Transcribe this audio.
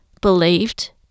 believed